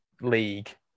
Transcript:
league